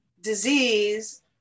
disease